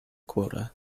quota